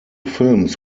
films